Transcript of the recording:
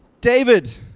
David